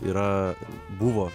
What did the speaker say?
yra buvo